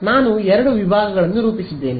ನಾನು ಎರಡು ವಿಭಾಗಗಳನ್ನು ರೂಪಿಸಿದ್ದೇನೆ